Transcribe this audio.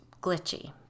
glitchy